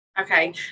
Okay